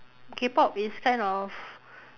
K-pop is kind of